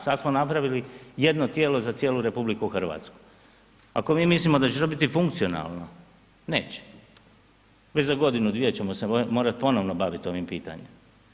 Sad smo napravili jedno tijelo za cijelu RH, ako mi mislimo da će to biti funkcionalno neće, već za godinu, dvije ćemo se morat ponovno bavit ovim pitanjem.